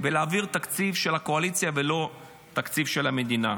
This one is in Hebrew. ולהעביר תקציב של הקואליציה ולא תקציב של המדינה.